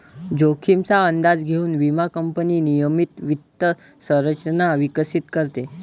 जोखमीचा अंदाज घेऊन विमा कंपनी नियमित वित्त संरचना विकसित करते